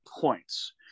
points